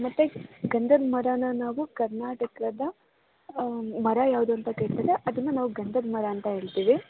ಮತ್ತು ಗಂಧದ ಮರಾನ ನಾವು ಕರ್ನಾಟಕದ ಮರ ಯಾವುದು ಅಂತ ಅದನ್ನು ನಾವು ಗಂಧದ ಮರ ಅಂತ ಹೇಳ್ತೀವಿ